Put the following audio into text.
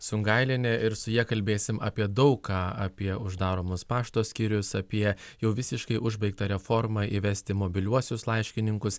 sungailienė ir su ja kalbėsim apie daug ką apie uždaromus pašto skyrius apie jau visiškai užbaigtą reformą įvesti mobiliuosius laiškininkus